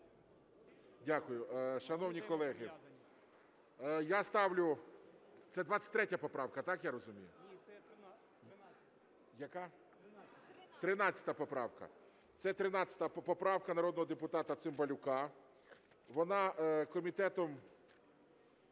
Дякую. Шановні колеги, я ставлю… Це 23 поправка, так я розумію? Яка? 13 поправка. Це 13 поправка народного депутата Цимбалюка. Вона комітетом